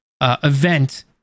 event